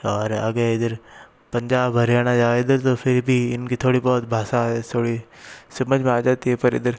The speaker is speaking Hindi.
और आगे इधर पंजाब हरियाणा जावे इधर तो फिर भी इनकी थोड़ी बहुत भाषा थोड़ी समझ में आ जाती है पर इधर